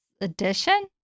addition